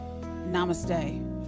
Namaste